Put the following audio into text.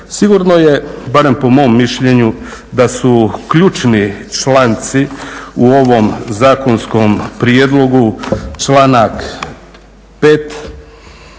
Sigurno je barem po mom mišljenju da su ključni članci u ovom zakonskom prijedlogu članak 5.